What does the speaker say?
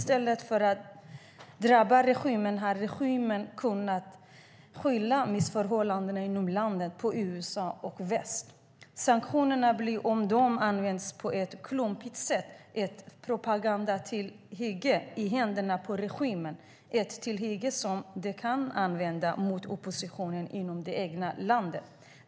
I stället för att regimen har drabbats har den kunnat skylla missförhållanden inom landet på USA och väst. Sanktionerna blir om de används på ett klumpigt sätt ett propagandatillhygge i händerna på regimen - ett tillhygge som går att använda mot oppositionen inom det egna landet.